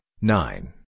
nine